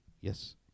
yes